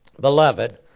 Beloved